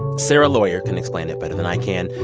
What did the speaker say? sara lawyer can explain it better than i can.